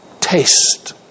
Taste